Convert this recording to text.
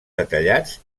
detallats